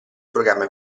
programma